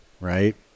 right